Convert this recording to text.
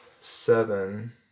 seven